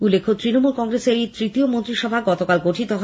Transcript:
উল্লেখ্য তৃণমূল কংগ্রেসের এই তৃতীয় মন্ত্রিসভা গতকাল গঠিত হয়